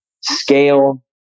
scale